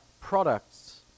products